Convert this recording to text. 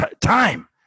time